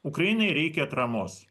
ukrainai reikia atramos